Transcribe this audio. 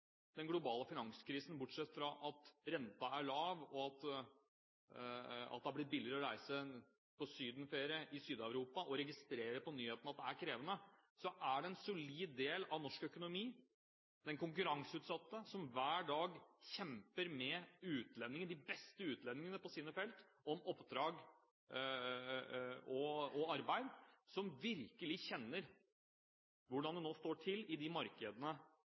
den globale finanskrisen, bortsett fra at renten er lav, at det har blitt billigere å reise på ferie til Syd-Europa, og at man registrerer på nyhetene at det er krevende, er det en solid del av norsk økonomi, den konkurranseutsatte, som hver dag kjemper med utlendinger, de beste utlendingene på sine felt, om oppdrag og arbeid, som virkelig kjenner hvordan det nå står til i de markedene